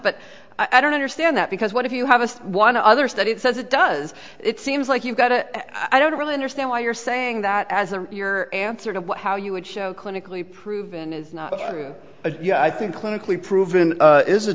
but i don't understand that because what if you have a one other study it says it does it seems like you've got it i don't really understand why you're saying that as a your answer to how you would show clinically proven is a yeah i think clinically proven is a